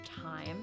time